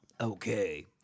Okay